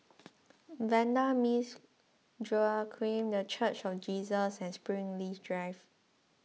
Vanda Miss Joaquim the Church of Jesus and Springleaf Drive